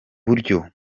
buryo